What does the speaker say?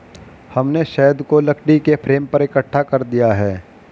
हमने शहद को लकड़ी के फ्रेम पर इकट्ठा कर दिया है